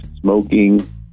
smoking